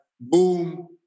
boom